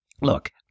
look